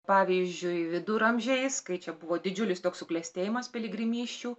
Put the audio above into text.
pavyzdžiui viduramžiais kai čia buvo didžiulis toks suklestėjimas piligrimysčių